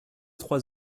trois